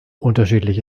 unterschiedlich